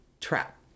trap